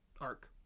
arc